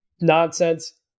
nonsense